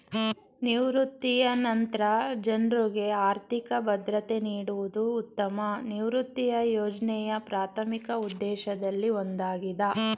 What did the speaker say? ನಿವೃತ್ತಿಯ ನಂತ್ರ ಜನ್ರುಗೆ ಆರ್ಥಿಕ ಭದ್ರತೆ ನೀಡುವುದು ಉತ್ತಮ ನಿವೃತ್ತಿಯ ಯೋಜ್ನೆಯ ಪ್ರಾಥಮಿಕ ಉದ್ದೇಶದಲ್ಲಿ ಒಂದಾಗಿದೆ